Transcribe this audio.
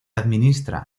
administra